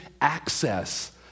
access